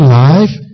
life